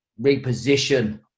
reposition